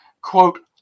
quote